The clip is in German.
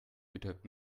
betäubt